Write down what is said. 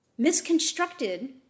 misconstructed